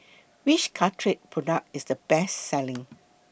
Which Caltrate Product IS The Best Selling